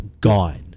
gone